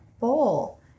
bowl